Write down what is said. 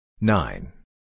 nine